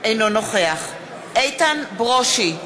אינו נוכח איתן ברושי,